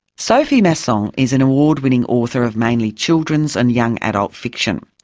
sophie masson is an award-winning author of mainly children's and young adult fiction.